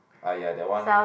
!aiya! that one